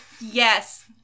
yes